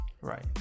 Right